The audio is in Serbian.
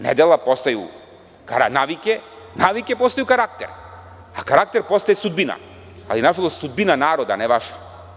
Nedela postaju navike, navike postaju karakter, a karakter postaje sudbina, ali nažalost, sudbina naroda ne vaša.